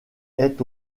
est